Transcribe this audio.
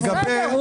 בסדר,